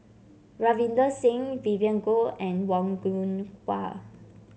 Ravinder Singh Vivien Goh and Wong Yoon Wah